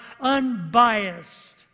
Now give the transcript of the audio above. unbiased